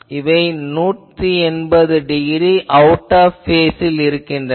இவை 180 degree out of பேஸில் இருக்கின்றன